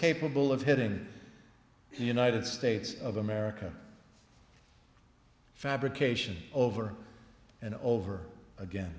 capable of hitting the united states of america fabrication over and over again